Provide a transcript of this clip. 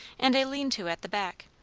and a lean-to at the back,